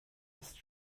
ist